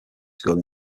school